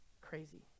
crazy